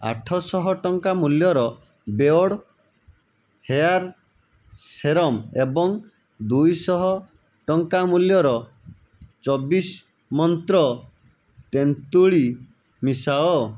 ଆଠଶହ ଟଙ୍କା ମୂଲ୍ୟର ବେୟର୍ଡ଼ ହେୟାର୍ ସେରମ୍ ଏବଂ ଦୁଇଶହ ଟଙ୍କା ମୂଲ୍ୟର ଚବିଶ ମନ୍ତ୍ର ତେନ୍ତୁଳି ମିଶାଅ